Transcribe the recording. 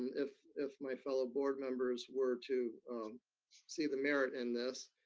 if if my fellow board members were to see the merit in this,